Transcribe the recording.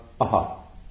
aha